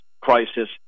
crisis